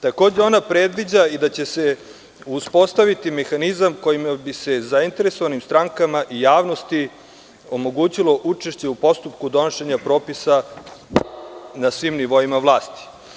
Takođe, ona predviđa i da će se uspostaviti mehanizam kojim bi se zainteresovanim strankama i javnosti omogućilo učešće u postupku donošenja propisa na svim nivoima vlasti.